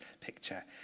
picture